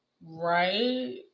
right